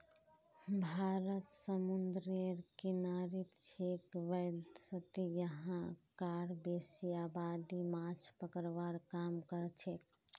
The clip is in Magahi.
भारत समूंदरेर किनारित छेक वैदसती यहां कार बेसी आबादी माछ पकड़वार काम करछेक